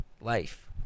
life